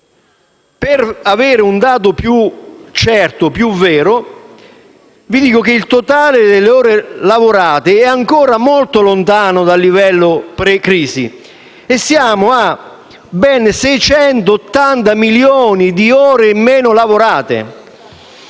Per avere un dato più certo e vero, vi dico che il totale delle ore lavorate è ancora molto lontano dal livello pre-crisi e siamo a ben 680 milioni di ore in meno lavorate.